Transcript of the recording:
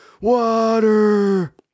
water